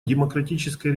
демократической